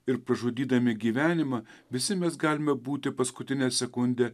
ir pražudydami gyvenimą visi mes galime būti paskutinę sekundę